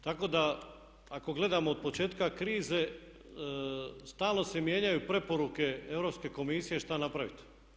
Tako da ako gledamo od početka krize stalno se mijenjaju preporuke Europske komisije šta napraviti.